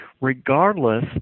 regardless